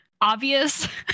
obvious